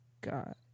god